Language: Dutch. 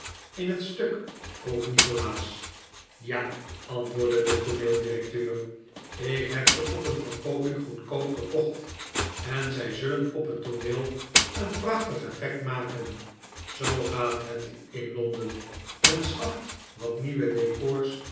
in het stuk vroeg nikolaas ja antwoordde de tooneeldirecteur ik heb ze op een verkooping goedkoop gekocht en zij zullen op het tooneel een prachtig effect maken zoo gaat het in londen men schaft wat nieuwe decors